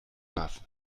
was